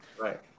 Right